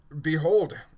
behold